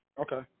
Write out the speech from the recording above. Okay